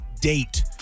date